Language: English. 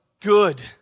good